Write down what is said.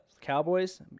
Cowboys